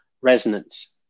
resonance